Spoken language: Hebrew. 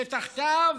שתחתיו